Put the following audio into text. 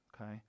Okay